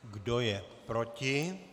Kdo je proti?